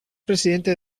presidente